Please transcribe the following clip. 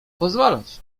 pozwalać